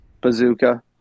Bazooka